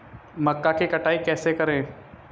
मक्का की कटाई कैसे करें?